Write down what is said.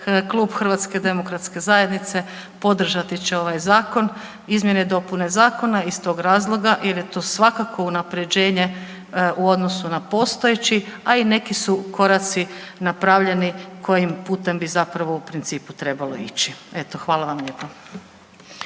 Klub HDZ-a podržati će ovaj zakon, izmjene i dopune zakona iz tog razloga jer je to svakako unaprjeđenje u odnosu na postojeći, a i neki su koraci napravljeni kojim putem bi zapravo u principu trebalo ići. Eto, hvala vam lijepo.